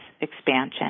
expansion